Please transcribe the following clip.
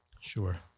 Sure